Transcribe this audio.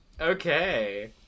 Okay